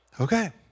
Okay